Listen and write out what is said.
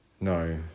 No